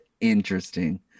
interesting